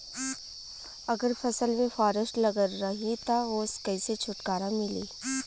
अगर फसल में फारेस्ट लगल रही त ओस कइसे छूटकारा मिली?